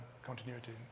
continuity